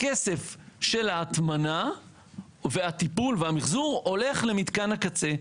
הכסף של ההטמנה והטיפול והמחזור הולך למתקן הקצה.